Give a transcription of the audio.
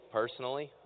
personally